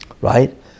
right